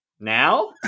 Now